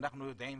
ואנחנו יודעים,